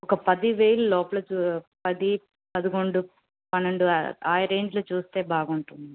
ఒక పదివేల లోపల చూ పది పదకొండు పన్నెండు ఆ ఆ ఆ రేంజులో చూస్తే బాగుంటుంది